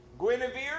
Guinevere